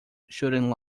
shooting